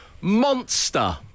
Monster